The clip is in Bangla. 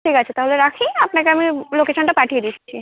ঠিক আছে তাহলে রাখি আপনাকে আমি লোকেশনটা পাঠিয়ে দিচ্ছি